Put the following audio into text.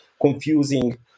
confusing